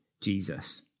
Jesus